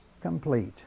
complete